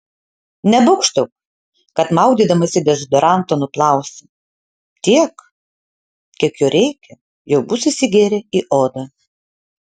nebūgštauk kad maudydamasi dezodorantą nuplausi tiek kiek jo reikia jau bus įsigėrę į odą